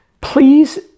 Please